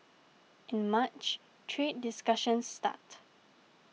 in March trade discussions start